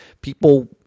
people